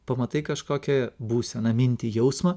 pamatai kažkokią būseną mintį jausmą